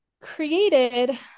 created